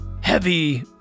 heavy